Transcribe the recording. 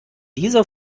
dieser